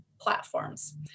platforms